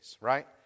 Right